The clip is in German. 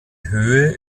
höhe